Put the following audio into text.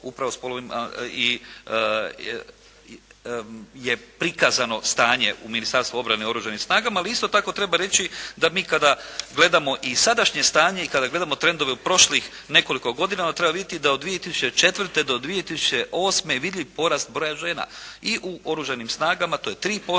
… je prikazano stanje u Ministarstvu obrane Oružanim snagama. Ali, isto tako treba reći, da mi kada gledamo i sadašnje stanje i kada gledamo trendove u prošlih nekoliko godina, onda treba vidjeti da od 2004. do 2008. je vidljiv porast broja žena, i u Oružanim snagama, to je 3%,